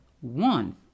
one